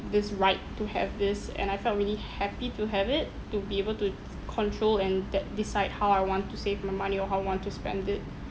this right to have this and I felt really happy to have it to be able to control and that decide how I want to save my money or how I want to spend it